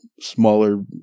smaller